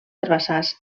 herbassars